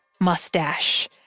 mustache